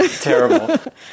Terrible